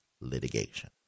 litigation